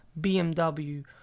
BMW